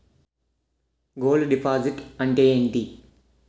Gold deposit అంతే ఎంటి?